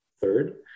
third